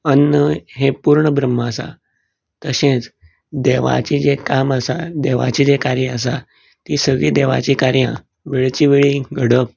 अन्न हें पूर्ण ब्रम्ह आसा तशेंच देवाचें जें काम आसा देवाचें जें कार्य आसा तीं सगळीं देवाचीं कार्यां वेळचे वेळी घडप